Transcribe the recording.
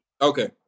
Okay